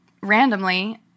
randomly